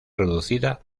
reducida